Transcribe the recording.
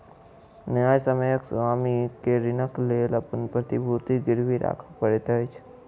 न्यायसम्यक स्वामी के ऋणक लेल अपन प्रतिभूति गिरवी राखअ पड़ैत अछि